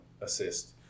assist